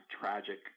tragic